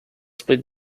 split